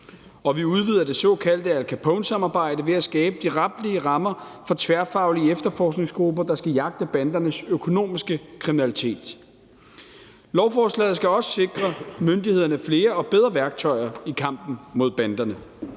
Og vi udvider det såkaldte Al Capone-samarbejde ved at skabe de retlige rammer for tværfaglige efterforskningsgrupper, der skal jagte bandernes økonomiske kriminalitet. Lovforslaget skal også sikre myndighederne flere og bedre værktøjer i kampen mod banderne.